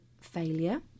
failure